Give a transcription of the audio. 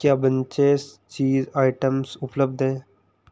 क्या बंचेस चीज आइटम्स उपलब्ध हैं